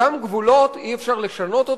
ואותם גבולות, אי-אפשר לשנות,